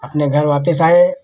अपने घर वापिस आए